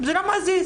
זה לא מזיז,